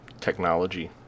technology